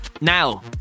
Now